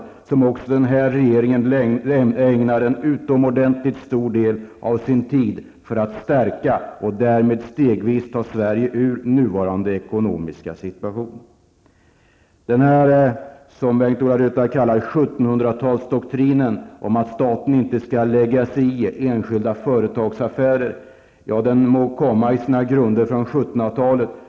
Det är också sådana frågor som den här regeringen ägnar utomordentligt stor del av sin tid åt i syfte att stärka den svenska industrin och stegvis ta Sverige ur den nuvarande ekonomiska situationen. Den doktrin som Bengt-Ola Ryttar talar om, dvs. att staten inte skall lägga sig i enskilda företagsaffärer, må i sina grundvalar komma från 1700-talet.